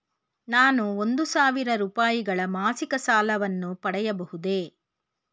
ನಾನು ಒಂದು ಸಾವಿರ ರೂಪಾಯಿಗಳ ಮಾಸಿಕ ಸಾಲವನ್ನು ಪಡೆಯಬಹುದೇ?